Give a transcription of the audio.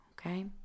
Okay